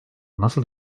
nasıl